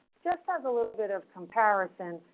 just as a little bit of comparison,